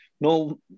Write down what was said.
No